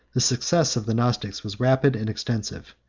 the success of the gnostics was rapid and extensive.